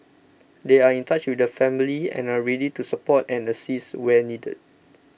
they are in touch with the family and are ready to support and assist where needed